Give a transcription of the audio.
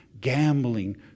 gambling